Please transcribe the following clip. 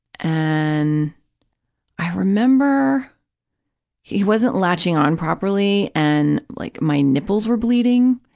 and i remember he wasn't latching on properly and like my nipples were bleeding,